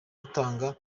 atanga